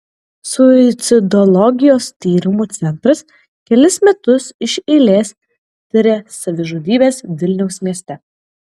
suicidologijos tyrimų centras kelis metus iš eilės tiria savižudybes vilniaus mieste